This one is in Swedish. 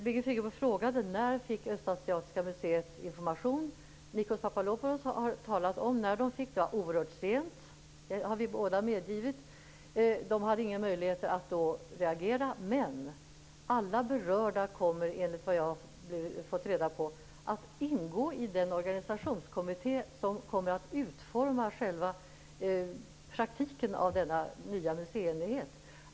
Birgit Friggebo frågade om när Östasiatiska museet fick information. Nikos Papadopoulos har talat om när de fick det. Det var oerhört sent, det har vi båda medgivit. De hade inga möjligheter att då reagera. Men alla berörda kommer enligt vad jag har fått reda på att ingå i den organisationskommitté som kommer att utforma själva praktiken när det gäller denna nya museienhet.